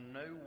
no